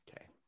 Okay